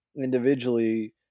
individually